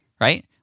right